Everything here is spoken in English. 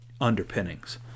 underpinnings